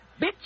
bitch